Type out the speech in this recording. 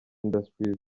industries